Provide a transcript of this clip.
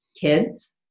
kids